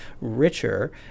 richer